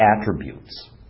attributes